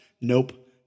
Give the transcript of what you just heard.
Nope